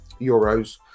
Euros